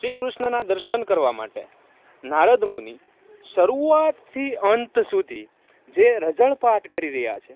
શ્રીકૃષ્ણના દર્શન કરવા માટે નારદ મુનિ શરૂઆતથી અંત સુધી જે રઝળપાટ કરી રહ્યા છે